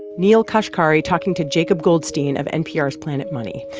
neel kashkari talking to jacob goldstein of npr's planet money.